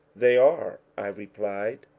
they are, i replied.